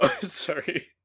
sorry